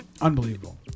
unbelievable